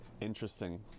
interesting